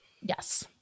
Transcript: Yes